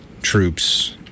troops